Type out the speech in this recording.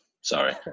sorry